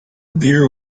beer